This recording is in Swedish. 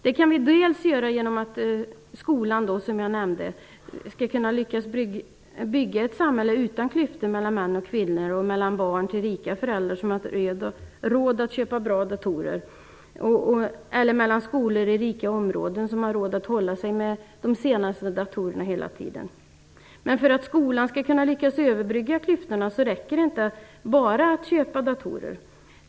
Det kan vi göra genom att skolan lyckas bygga ett samhälle utan klyftor mellan män och kvinnor, mellan barn till rika föräldrar som har råd att köpa bra datorer och andra som inte har råd eller mellan skolor i rika områden som har råd att hålla sig med de senaste datorerna hela tiden och skolor som inte har råd med det. Men för att skolan skall lyckas överbrygga klyftorna räcker det inte med att bara köpa datorer.